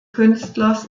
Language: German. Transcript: künstlers